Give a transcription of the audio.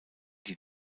die